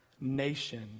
nation